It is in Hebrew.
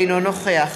אינו נוכח